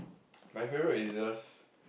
my favorite is just